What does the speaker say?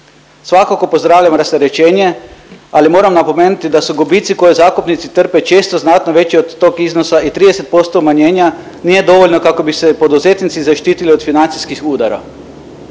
Svakako pozdravljam rasterećenje, ali moram napomenuti da su gubici koje zakupnici trpe često znatno veći od tog iznosa i 30% umanjenja nije dovoljno kako bi se poduzetnici zaštitili od financijskih udara.